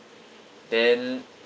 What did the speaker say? then